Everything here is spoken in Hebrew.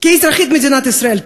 כאזרחית מדינת ישראל,